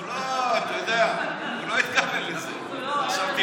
הוא לא התכוון לזה באמת.